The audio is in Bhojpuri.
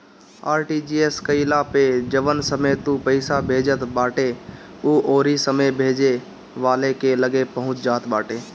आर.टी.जी.एस कईला पअ जवने समय तू पईसा भेजत बाटअ उ ओही समय भेजे वाला के लगे पहुंच जात बाटे